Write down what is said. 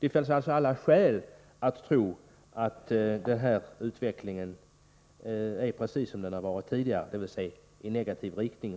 Det finns därför alla skäl att tro att utvecklingen när det gäller olyckor går åt samma håll som tidigare, dvs. i negativ riktning.